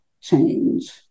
change